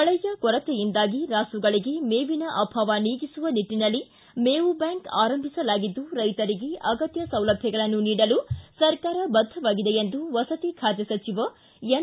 ಮಳೆಯ ಕೊರತೆಯಿಂದಾಗಿ ರಾಸುಗಳಿಗೆ ಮೇವಿನ ಅಭಾವ ನೀಗಿಸುವ ನಿಟ್ಟಿನಲ್ಲಿ ಮೇವು ಬ್ಯಾಂಕ್ ಆರಂಭಿಸಲಾಗಿದ್ದು ರೈತರಿಗೆ ಅಗತ್ಯ ಸೌಲಭ್ಯಗಳನ್ನು ನೀಡಲು ಸರ್ಕಾರ ಬದ್ದವಾಗಿದೆ ಎಂದು ವಸತಿ ಖಾತೆ ಸಚಿವ ಎನ್